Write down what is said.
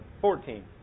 Fourteen